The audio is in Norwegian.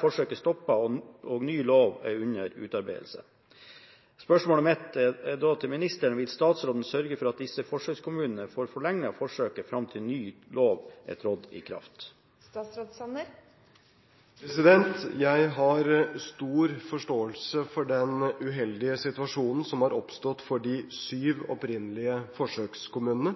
forsøket stoppet, og ny lov er under utarbeidelse. Vil statsråden sørge for at disse forsøkskommunene får forlenge forsøket fram til ny lov er trådt i kraft?» Jeg har stor forståelse for den uheldige situasjonen som har oppstått for de syv opprinnelige forsøkskommunene.